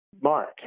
Mark